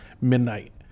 midnight